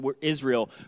Israel